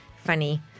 funny